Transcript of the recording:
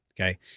Okay